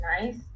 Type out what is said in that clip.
nice